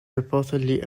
reportedly